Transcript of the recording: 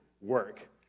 work